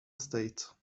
state